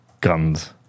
guns